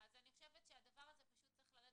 אז אני חושבת שהדבר הזה פשוט צריך לרדת.